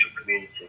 community